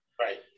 Right